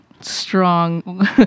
strong